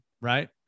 right